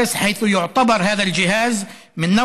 החייאה מתקדם בבתי הספר,